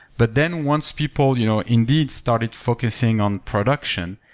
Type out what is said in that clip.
but then once people you know indeed started focusing on production,